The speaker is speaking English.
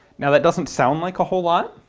now that doesn't sound like a whole lot,